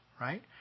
right